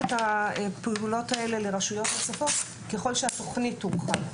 הפעולות האלה לרשויות נוספות ככל שהתוכנית תורחב.